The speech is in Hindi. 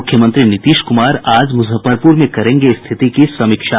मुख्यमंत्री नीतीश कुमार आज मुजफ्फरपुर में करेंगे स्थिति की समीक्षा